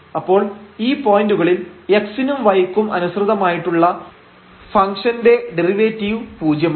അപ്പോൾ ഈ പോയന്റുകളിൽ x നും y ക്കും അനുസൃതമായിട്ടുള്ള ഫംഗ്ഷൻഡെറിവേറ്റീവ് പൂജ്യമാണ്